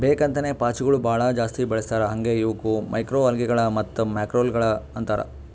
ಬೇಕ್ ಅಂತೇನೆ ಪಾಚಿಗೊಳ್ ಭಾಳ ಜಾಸ್ತಿ ಬೆಳಸ್ತಾರ್ ಹಾಂಗೆ ಇವುಕ್ ಮೈಕ್ರೊಅಲ್ಗೇಗಳ ಮತ್ತ್ ಮ್ಯಾಕ್ರೋಲ್ಗೆಗಳು ಅಂತಾರ್